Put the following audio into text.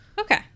Okay